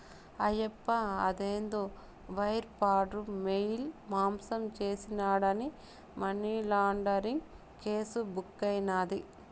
ఆయప్ప అదేందో wire fraud, mail మాసం చేసినాడాని మనీలాండరీంగ్ కేసు బుక్కైనాది